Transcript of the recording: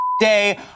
day